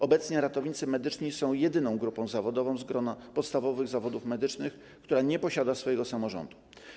Obecnie ratownicy medyczni są jedyną grupą zawodową z grona podstawowych zawodów medycznych, która nie posiada swojego samorządu.